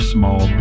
Small